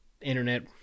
internet